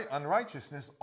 unrighteousness